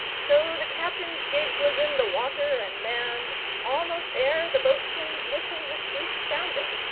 so the captain's gig was in the water and manned almost ere the boatswain's whistle had ceased sounding,